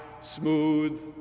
smooth